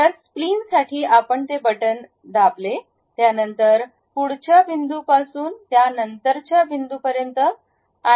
तर स्प्लिन साठी आपण ते बटण दाबले त्यानंतर पुढच्या बिंदूपासून पुढच्या बिंदू पर्यंत आणि तेथून पुढे जात तयार केले